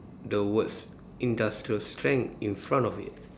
the words industrial strength in front of it